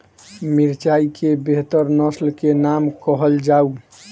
मिर्चाई केँ बेहतर नस्ल केँ नाम कहल जाउ?